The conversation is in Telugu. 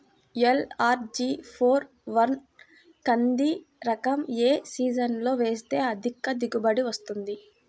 ఎల్.అర్.జి ఫోర్ వన్ కంది రకం ఏ సీజన్లో వేస్తె అధిక దిగుబడి వస్తుంది?